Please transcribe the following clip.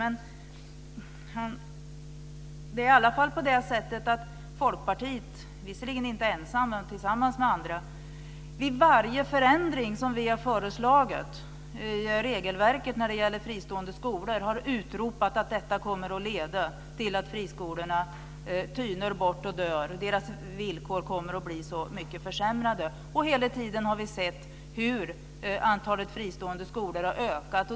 Men Folkpartiet har, visserligen inte ensamt men tillsammans med andra, vid varje förändring som vi har föreslagit i regelverket när det gäller fristående skolor utropat att det kommer att leda till att friskolorna tynar bort och dör; deras villkor kommer att bli så mycket försämrade. Och hela tiden har vi sett hur antalet fristående skolor har ökat.